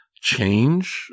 change